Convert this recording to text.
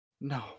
No